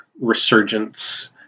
resurgence